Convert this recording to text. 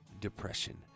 depression